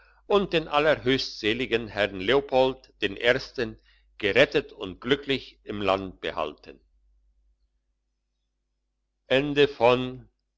und den allerhöchstseligen herrn leopold den ersten gerettet und glücklich im land behalten